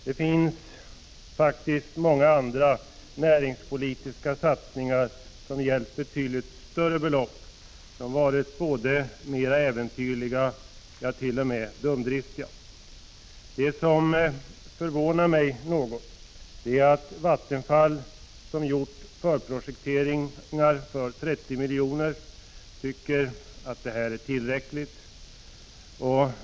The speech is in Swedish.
Det finns faktiskt många andra näringspolitiska satsningar som har gällt betydligt större belopp och som har varit mer äventyrliga, t.o.m. dumdristiga. Det som förvånar mig något är att Vattenfall, som gjort förprojekteringen för 30 milj.kr., tycker att detta är tillräckligt.